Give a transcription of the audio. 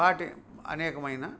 వాటి అనేకమైన